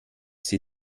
sie